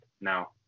Now